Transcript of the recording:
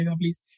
please